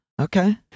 Okay